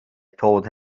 told